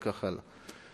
וכך הלאה.